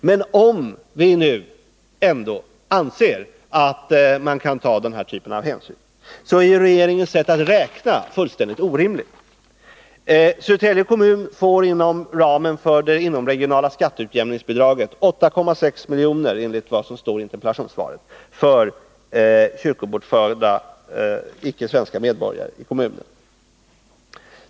Men om vi nu ändå anser att man bör ta den här typen av hänsyn, så är regeringens sätt att räkna fullständigt orimligt. Södertälje kommun får inom ramen för det inomregionala skatteutjämningsbidraget 8,6 milj.kr., enligt vad som står i interpellationssvaret, för kyrkobokförda icke svenska medborgare i kommunen.